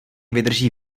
vydrží